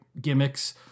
gimmicks